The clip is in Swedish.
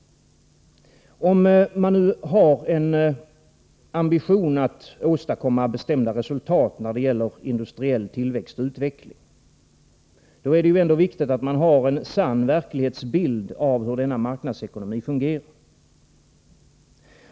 Om man har en ambition att åstadkomma bestämda resultat när det gäller industriell tillväxt och utveckling, är det viktigt att man har en sann verklighetsbild av hur denna marknadsekonomi fungerar.